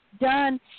done